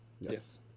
Yes